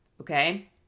Okay